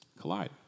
collide